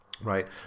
right